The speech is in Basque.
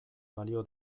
balio